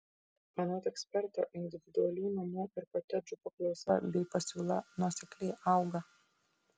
anot eksperto individualių namų ir kotedžų paklausa bei pasiūla nuosekliai auga